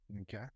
Okay